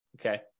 okay